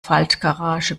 faltgarage